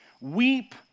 Weep